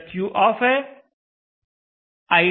जब Q off है iT 0 होगा